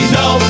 no